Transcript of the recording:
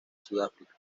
sudáfrica